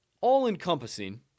all-encompassing